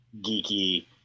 geeky